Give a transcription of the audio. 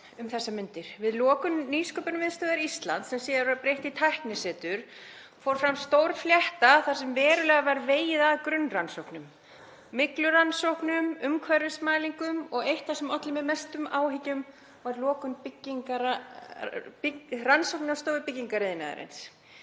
um þessar mundir. Við lokun Nýsköpunarmiðstöðvar Íslands, sem síðar var breytt í Tæknisetur, fór fram stór flétta þar sem verulega var vegið að grunnrannsóknum; myglurannsóknum, umhverfismælingum og eitt það sem olli mér mestum áhyggjum var lokun Rannsóknastofu byggingariðnaðarins.